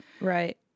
Right